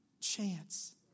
chance